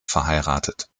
verheiratet